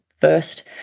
first